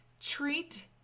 treat